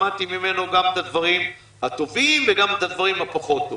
למדתי ממנו גם את הדברים הטובים וגם את הדברים הפחות טובים.